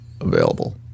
available